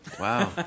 wow